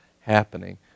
happening